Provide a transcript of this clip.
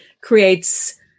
creates